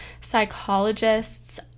Psychologists